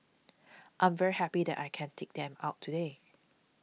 I'm very happy that I can take them out today